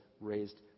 raised